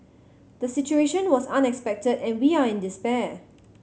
the situation was unexpected and we are in despair